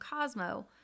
Cosmo